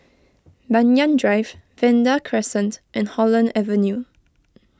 Banyan Drive Vanda Crescent and Holland Avenue